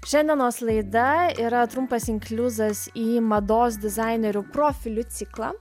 šiandienos laida yra trumpas inkliuzas į mados dizainerių profilių ciklą